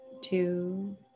two